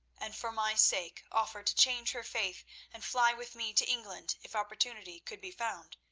and for my sake offered to change her faith and fly with me to england if opportunity could be found,